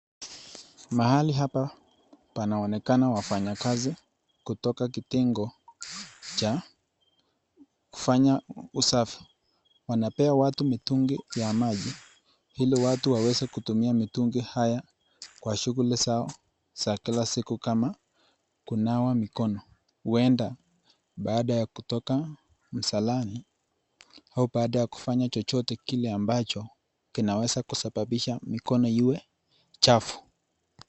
Mahali hapa panaonekana wafanyakazi kutoka kitengo cha kufanya usafi. Wanapea watu mitungi ya maji ili watu waweze kutumia mitungi haya kwa shughuli za kila siku kama kunawa mikono. Huenda baada ya kutoka msalani au baada ya kufanya chochote kile ambacho kinaweza kusababisha mikono iwe chafu.